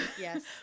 Yes